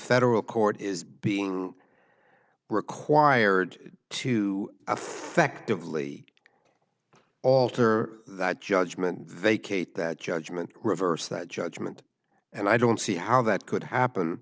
federal court is being required to affectively alter that judgment vacate that judgment reverse that judgment and i don't see how that could happen